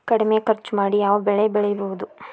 ಕಡಮಿ ಖರ್ಚ ಮಾಡಿ ಯಾವ್ ಬೆಳಿ ಬೆಳಿಬೋದ್?